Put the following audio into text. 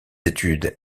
études